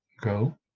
go